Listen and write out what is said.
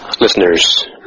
listeners